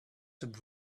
some